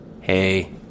Hey